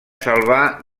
salvar